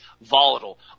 volatile